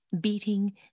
beating